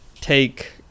take